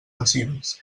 passives